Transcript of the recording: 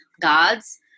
gods